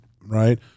Right